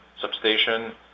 substation